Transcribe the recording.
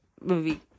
movie